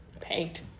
Paint